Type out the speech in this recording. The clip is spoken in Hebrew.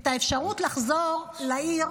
האפשרות לחזור לעיר,